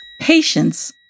Patience